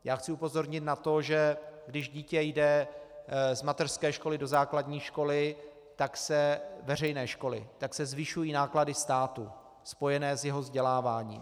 Já chci upozornit na to, že když dítě jde z mateřské školy do základní školy, veřejné školy, tak se zvyšují náklady státu spojené s jeho vzděláváním.